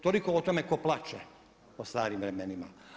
Toliko o tome tko plače o starim vremenima.